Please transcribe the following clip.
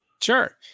Sure